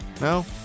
no